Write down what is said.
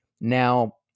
Now